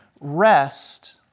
rest